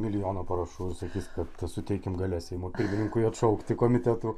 milijoną parašų ir sakys kad suteikim galias seimo pirmininkui atšaukti komitetų